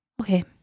Okay